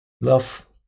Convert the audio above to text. love